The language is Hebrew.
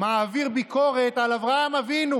עמדו על הרגליים האחוריות,